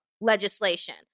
legislation